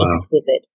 exquisite